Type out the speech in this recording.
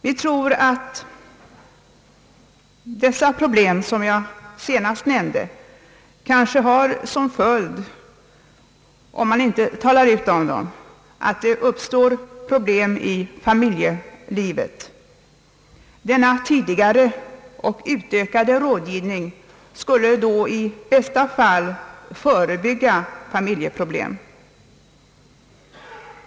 Vi tror att de problem som jag senast nämnde kanske har till följd, om man inte talar ut om dem, att det uppstår problem i familjelivet. Denna tidigare och utvidgade rådgivning skulle då i bästa fall förebygga familjeproblem.